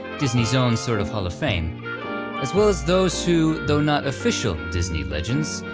disney's own sort of hall of fame as well as those who, though not official disney legends,